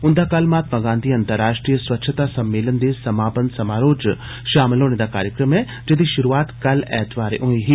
उन्दा कल महात्मा गांधी अंतर्राष्ट्रीय स्वच्छता सम्मेलन दे समापन समारोह च शामल होने दा कार्यक्रम ऐ जेदी शुरूआत कल एतवारें होई ही